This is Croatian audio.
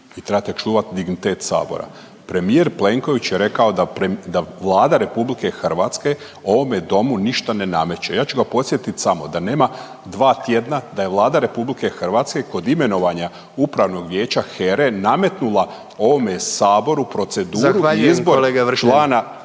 i trebate čuvati dignitet Sabora. Premijer Plenković je rekao da Vlada RH ovome Domu ništa ne nameće. Ja ću ga podsjetit samo da nema dva tjedna da je Vlada RH kod imenovanja Upravnoga vijeća HERA-e nametnula ovome Saboru proceduru …/Upadica